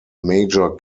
major